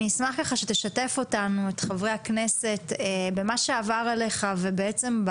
אשמח שתשתף אותנו במה שעבר עליך כשנחשפת